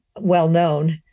well-known